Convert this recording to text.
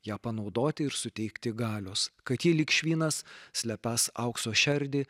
ją panaudoti ir suteikti galios kad ji lyg švinas slepiantis aukso šerdį